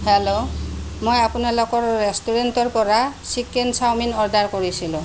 hello মই আপোনালোকৰ ৰেষ্টুৰেণ্টৰ পৰা চিকেন চাওমিন অৰ্ডাৰ কৰিছিলোঁ